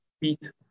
beat